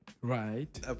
Right